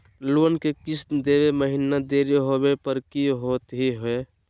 Loan के किस्त देवे महिना देरी होवे पर की होतही हे?